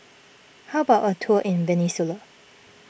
how about a tour in Venezuela